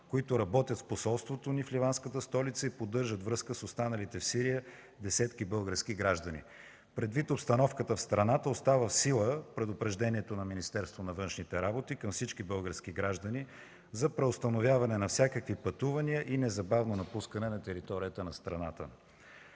които работят в посолството ни в ливанската столица и поддържат връзка с останалите в Сирия десетки български граждани. Предвид обстановката в страната, остава в сила предупреждението на Министерството на външните работи към всички български граждани за преустановяване на всякакви пътувания и незабавно напускане на територията на страната.